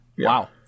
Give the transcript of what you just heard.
Wow